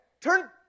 Turn